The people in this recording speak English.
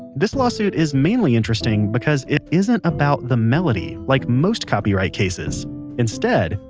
this lawsuit is mainly interesting because it isn't about the melody, like most copyright cases instead,